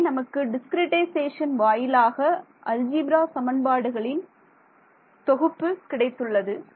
ஆகவே நமக்கு டிஸ்கிரிட்டைசேஷன் வாயிலாக அல்ஜீப்ரா சமன்பாடுகளின் தொகுப்பு கிடைத்துள்ளது